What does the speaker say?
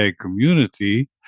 community